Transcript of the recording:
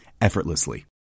effortlessly